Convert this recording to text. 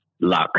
Luck